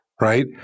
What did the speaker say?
right